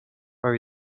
were